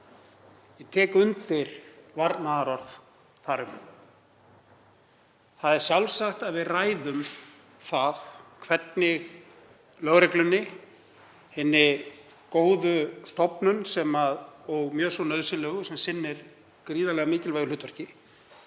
Ég tek undir varnaðarorð þar um. Það er sjálfsagt að við ræðum það hvernig lögreglunni, hinni góðu stofnun og mjög svo nauðsynlegu, sem sinnir gríðarlega mikilvægu hlutverki,